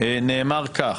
בדיון בוועדת חינוך נאמר כך: